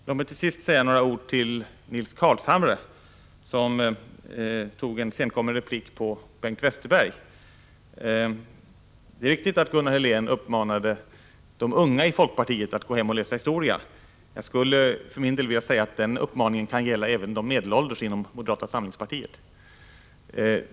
Låt mig till sist säga några ord till Nils Carlshamre, som tog en senkommen replik på Bengt Westerberg. Det är riktigt att Gunnar Helén uppmanade de unga i folkpartiet att gå hem och läsa historia. Jag skulle för min del vilja säga att den uppmaningen kan gälla även medelålders personer inom moderata samlingspartiet.